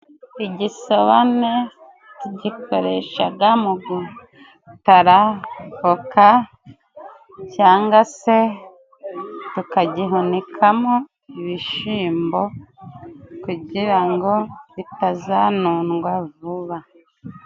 Igisobane tugikoreshaga mu gutara voka cyangwa se tukagihunikamo ibishimbo kugira ngo bitazanundwa vuba.